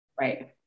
right